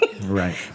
right